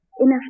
Enough